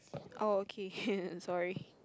oh okay sorry